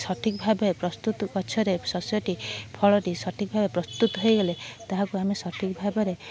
ସଠିକ୍ ଭାବେ ପ୍ରସ୍ତୁତ ପଛରେ ଶସ୍ୟଟି ଫଳଟି ପ୍ରସ୍ତୁତି ହୋଇଗଲେ ତାହାକୁ ଆମେ ସଠିକ୍ ଭାବରେ